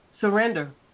Surrender